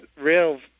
real